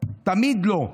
תמיד לא.